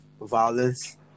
violence